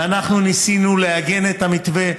ואנחנו ניסינו לעגן את המתווה,